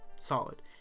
Solid